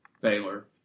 Baylor